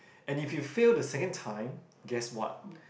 and if you fail the second time guess what